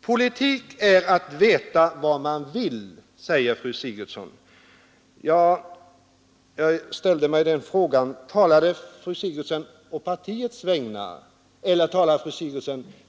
Politik är att veta vad man vill, säger fru Sigurdsen. Jag ställde mig frågan: Talade fru Sigurdsen på partiets vägnar eller